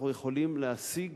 אנחנו יכולים להשיג